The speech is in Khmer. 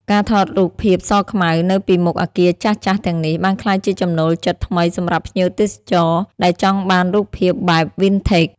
ការថតរូបភាពសខ្មៅនៅពីមុខអគារចាស់ៗទាំងនេះ បានក្លាយជាចំណូលចិត្តថ្មីសម្រាប់ភ្ញៀវទេសចរដែលចង់បានរូបភាពបែប "Vintage"។